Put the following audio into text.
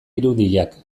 irudiak